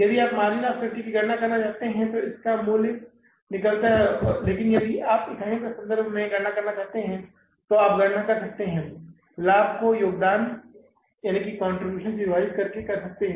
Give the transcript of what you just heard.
यदि आप margin of safety की गणना करना चाहते हैं तो इसका मूल्य निकलता है लेकिन यदि आप इकाइयों के संदर्भ में गणना करना चाहते हैं तो आप गणना कर सकते हैं लाभ को योगदानकंट्रीब्यूशन contribution से विभाजित करने के लिए कह सकते हैं